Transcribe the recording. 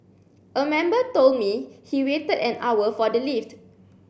a member told me he waited an hour for the lift